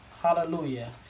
Hallelujah